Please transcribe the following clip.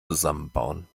zusammenbauen